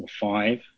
five